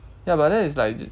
ya but that is like